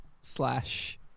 slash